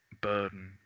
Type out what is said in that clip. burden